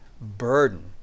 burden